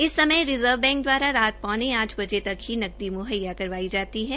इस समय reserve bank द्वारा रात पौने आठ बजे तक की नगदी मु्हैया करवाई जाती है